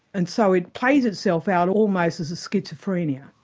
and so it plays itself out almost as a schizophrenia.